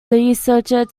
researcher